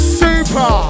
super